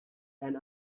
and